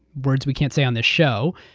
words we can't say on this show.